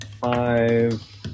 five